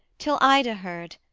till ida heard,